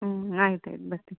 ಹ್ಞೂ ಆಯ್ತು ಆಯ್ತು ಬರ್ತಿನಿ